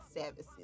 services